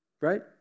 right